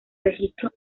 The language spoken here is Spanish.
registros